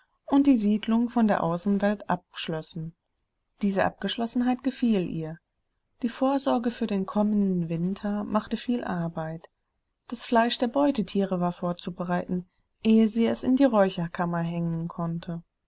und die siedlung von der außenwelt abschlossen diese abgeschlossenheit gefiel ihr die vorsorge für den kommenden winter machte viel arbeit das fleisch der beutetiere war vorzubereiten ehe sie es in die räucherkammer hängen konnte